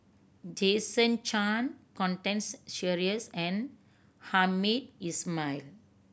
Jason Chan Constance Sheares and Hamed Ismail